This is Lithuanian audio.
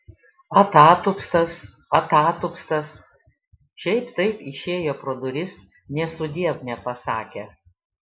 atatupstas atatupstas šiaip taip išėjo pro duris nė sudiev nepasakęs